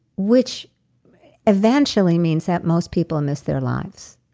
which eventually means that most people miss their lives.